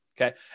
Okay